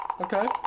Okay